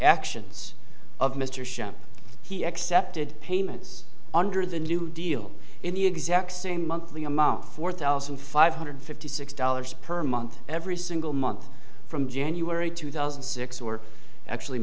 actions of mr sherman he accepted payments under the new deal in the exact same monthly amount four thousand five hundred fifty six dollars per month every single month from january two thousand and six or actually